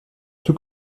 tout